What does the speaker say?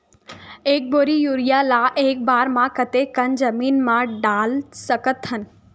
एक बोरी यूरिया ल एक बार म कते कन जमीन म डाल सकत हन?